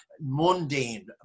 mundane